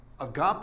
agape